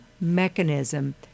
mechanism